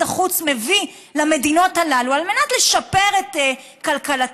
החוץ מביא למדינות הללו על מנת לשפר את כלכלתן,